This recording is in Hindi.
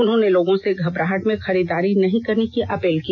उन्होंने लोगों से घबराहट में खरीदारी नहीं करने की अपील की